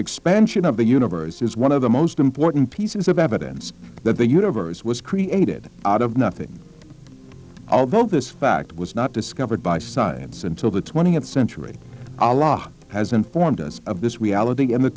expansion of the universe is one of the most important pieces of evidence that the universe was created out of nothing this fact was not discovered by science until the twentieth century has informed us of this reality and the